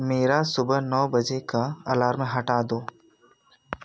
मेरा सुबह नौ बजे का अलार्म हटा दो